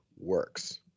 works